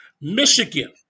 Michigan